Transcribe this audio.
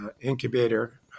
incubator